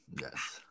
yes